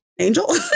angel